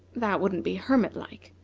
that wouldn't be hermit-like.